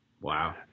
wow